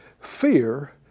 fear